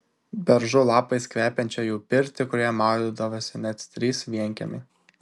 beržų lapais kvepiančią jų pirtį kurioje maudydavosi net trys vienkiemiai